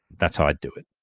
that's how i'd do it.